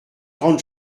grande